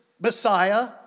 Messiah